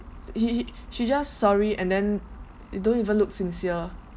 he he she just sorry and then it don't even look sincere